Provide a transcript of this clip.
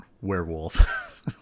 werewolf